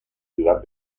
ciudad